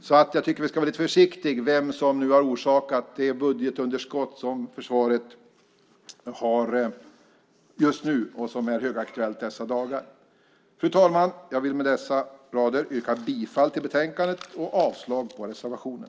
Jag tycker att vi ska vara lite försiktiga med vem som har orsakat det budgetunderskott som försvaret har just nu och som är högaktuellt dessa dagar. Fru talman! Jag yrkar med dessa ord bifall till förslaget i betänkandet och avslag på reservationen.